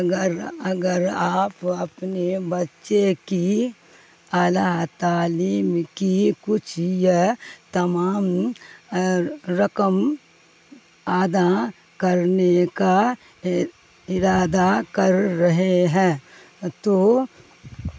اگر اگر آپ اپنے بچے کی اعلی تعلیم کی کچھ یہ تمام رقم آدا کرنے کا ارادہ کر رہے ہیں تو